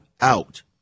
out